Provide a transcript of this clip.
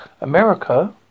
America